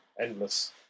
endless